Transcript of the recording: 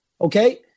Okay